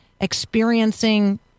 experiencing